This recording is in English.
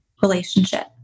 relationship